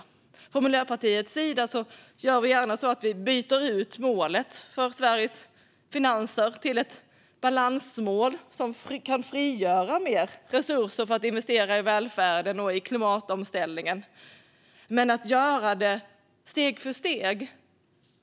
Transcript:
Ändringar i statens budget för 2021 - Stöd till äldreomsorgen med anledning av corona-viruset Från Miljöpartiets sida byter vi gärna ut målet för Sveriges finanser till ett balansmål som kan frigöra mer resurser att investera i välfärden och klimatomställningen, men vi vill göra det steg för steg.